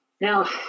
Now